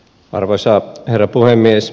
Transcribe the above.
arvoisa herra puhemies